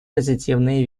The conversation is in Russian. позитивные